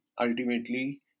ultimately